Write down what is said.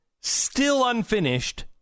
still-unfinished